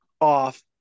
off